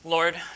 Lord